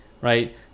right